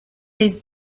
these